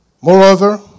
Moreover